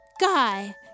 Guy